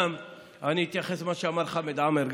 אני אתייחס גם למה שאמר חמד עמאר,